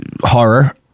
horror